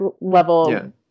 level